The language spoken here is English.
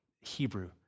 Hebrew